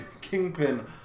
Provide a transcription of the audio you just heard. Kingpin